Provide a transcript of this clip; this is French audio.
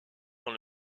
dans